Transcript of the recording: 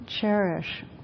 cherish